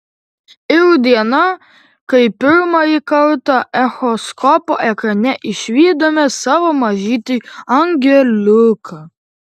ir diena kai pirmąjį kartą echoskopo ekrane išvydome savo mažytį angeliuką